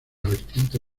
vertiente